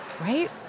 right